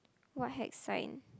what hex sign